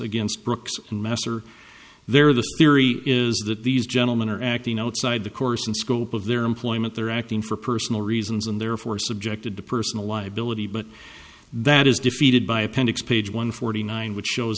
against brooks and messer there the theory is that these gentlemen are acting outside the course and scope of their employment they're acting for personal reasons and therefore subjected to personal liability but that is defeated by appendix page one forty nine which shows